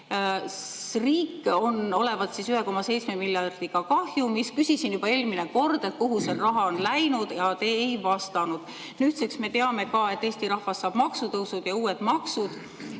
Riik olevat 1,7 miljardiga kahjumis. Küsisin juba eelmine kord, kuhu see raha on läinud, aga te ei vastanud. Nüüdseks me teame, et Eesti rahvas saab maksutõusud ja uued maksud.